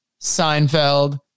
Seinfeld